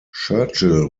churchill